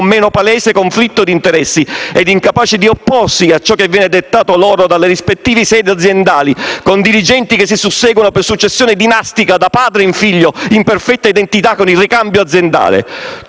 meno palese conflitto di interesse e incapaci di opporsi a ciò che viene dettato loro dalle rispettive sedi aziendali, con dirigenti che si susseguono per successione dinastica da padre in figlio in perfetta identità con il ricambio aziendale.